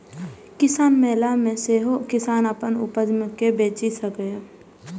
कृषि मेला मे सेहो किसान अपन उपज कें बेचि सकैए